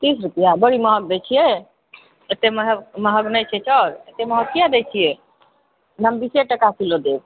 तीस रुपिआ बड़ी महग दए छिऐ ओते महग महग नहि छै चाउर ओते महग किआ दए छिऐ हम बीसे टका किलो देब